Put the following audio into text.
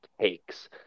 takes